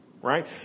Right